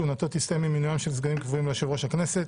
כהונתו תסתיים עם מינויים של סגנים קבועים ליושב-ראש הכנסת.